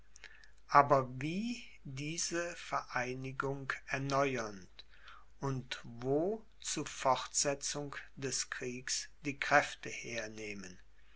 aber wie diese vereinigung erneuern und wo zu fortsetzung des kriegs die kräfte hernehmen